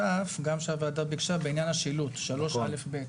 שהוועדה ביקשה בעניין השילוט 3א(ב).